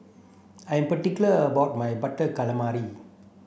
I am particular about my butter calamari